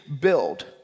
build